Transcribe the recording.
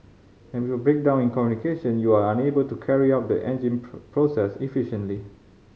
and with breakdown in communication you are unable to carry out the engine process efficiently